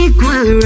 Equal